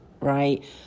right